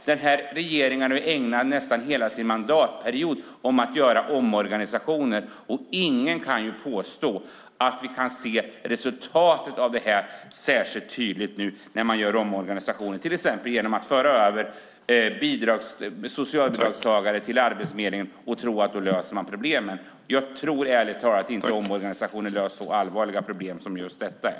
Den här regeringen har ägnat nästan hela sin mandatperiod åt att göra omorganisationer. Ingen kan påstå att vi kan se resultatet av det särskilt tydligt nu när man gör omorganisationer till exempel genom att föra över socialbidragstagare till Arbetsförmedlingen och tro att man då löser problemen. Jag tror ärligt talat inte att omorganisationer löser så allvarliga problem som just detta är.